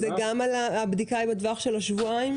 זה גם על הבדיקה עם הטווח של השבועיים?